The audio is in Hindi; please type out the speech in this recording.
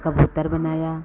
कबूतर बनाया